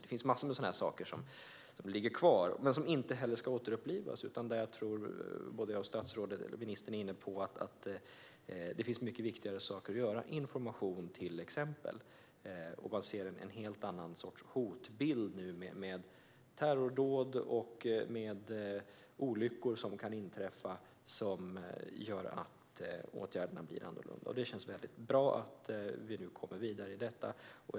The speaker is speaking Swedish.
Det finns massor av sådant som ligger kvar, men som inte ska återupplivas. Både jag och ministern är inne på att det finns mycket viktigare saker att göra, till exempel informationsinsatser. Nu finns det en helt annan sorts hotbild med terrordåd och olyckor som kan inträffa. Det gör att åtgärderna blir annorlunda. Det känns bra att vi nu kommer vidare i detta.